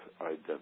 identity